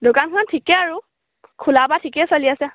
দোকানখনত ঠিকে আৰু খোলাৰপৰা ঠিকে চলি আছে